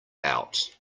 out